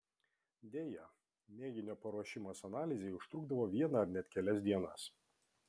deja mėginio paruošimas analizei užtrukdavo vieną ar net kelias dienas